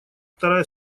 вторая